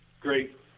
great